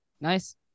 Nice